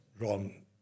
Ron